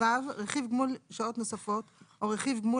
(ו) רכיב גמול שעות נוספות או רכיב גמול